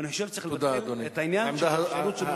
ואני חושב שצריך להתחיל את העניין של שירות של,